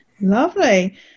lovely